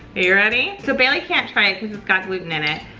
are you ready? so bailey can't try it cause it's got gluten in it,